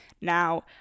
Now